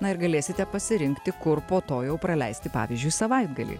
na ir galėsite pasirinkti kur po to jau praleisti pavyzdžiui savaitgalį